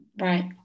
Right